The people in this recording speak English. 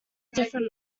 different